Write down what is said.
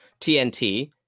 TNT